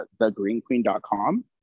thegreenqueen.com